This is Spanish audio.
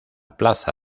plaza